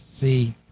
see